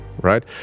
Right